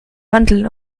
mandeln